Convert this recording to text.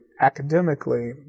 Academically